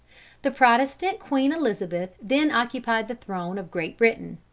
the protestant queen elizabeth then occupied the throne of great britain.